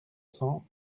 cent